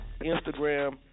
Instagram